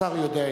השר יודע את זה.